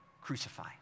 Crucify